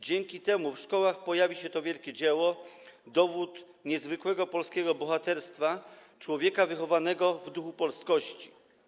Dzięki temu w szkołach pojawi się to wielkie dzieło, dowód niezwykłego polskiego bohaterstwa człowieka wychowanego w duchu polskości.